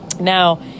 Now